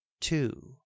Two